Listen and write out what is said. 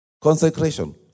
Consecration